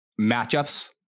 matchups